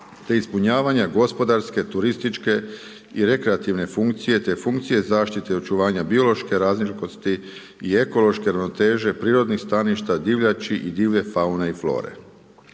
te ispunjavanje gospodarske, turističke i rekreativne funkcije, te funkcije zaštite očuvanje biološke razlikovnosti i ekološke ravnoteže prirodnih staništa divljači i divlje faune i flore.